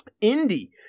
Indy